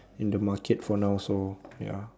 in the market for now so ya